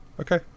Okay